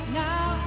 now